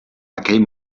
aquell